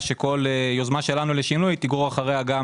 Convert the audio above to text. שכל יוזמה שלנו לשינוי תגרור אחריה גם